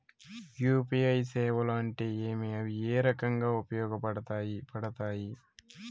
UPI సేవలు అంటే ఏమి, అవి ఏ రకంగా ఉపయోగపడతాయి పడతాయి?